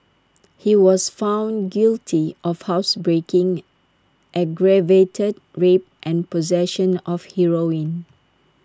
he was found guilty of housebreaking aggravated rape and possession of heroin